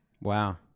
Wow